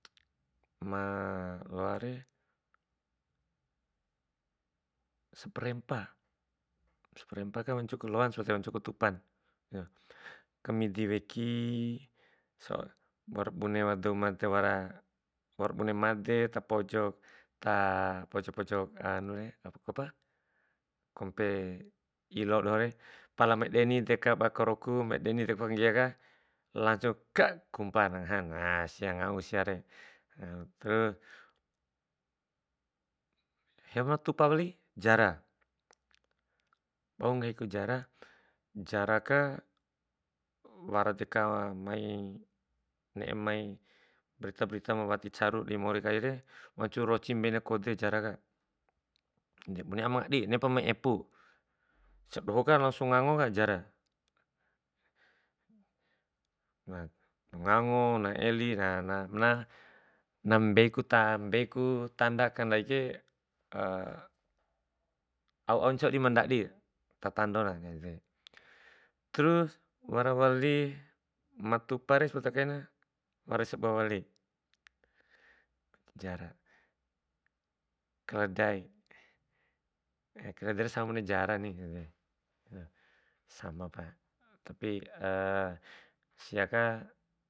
Ma loare, samparempa, saparempaka wancuku loan sepodan wancuku tupana kamidi weki waura bone watu made waura, waura bune made ta pojok ta pojok pojok hanure kompe ilo dohore. Pala ma deni deka ba karoku, ma deni deka langsung kak kupan ngahan sia, nah ngau siare. Terus, cou ma tupa wali, jara, bau nggahiku jara, jaraka wara deka mai ne'e mai berita berita wati caru dimorikare, roci roci mbeina kode jaraka, de bune ama ngadi ne'e pa mai epu siadohoka langsung ngangoka jaraka. Nah, ngango na eli na- na- na- na mbeiku ta beiku tanda aka ndaike au- au ncau mandadi ta tandona. Terus wara wali matupare, sepodakaina wara sabua wali, jara, keledai, keledaire sama bune jarani ede samapa tapi siaka.